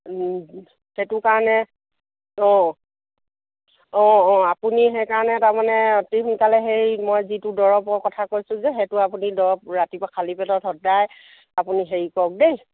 সেইটো কাৰণে অঁ অঁ অঁ আপুনি সেইকাৰণে তাৰমানে অতি সোনকালে হেৰি মই যিটো দৰৱৰ কথা কৈছোঁ যে সেইটো আপুনি দৰৱ ৰাতিপুৱা খালি পটত সদায় আপুনি হেৰি কৰক দেই